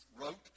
wrote